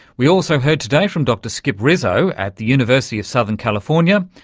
we also heard today from dr skip rizzo at the university of southern california,